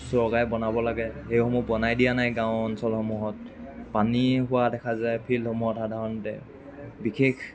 চৰকাৰে বনাব লাগে সেইসমূহ বনাই দিয়া নাই গাঁও অঞ্চল সমূহত পানী হোৱা দেখা যায় ফিল্ডসমূহত সাধাৰণতে বিশেষ